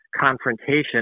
confrontation